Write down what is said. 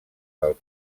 del